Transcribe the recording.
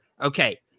okay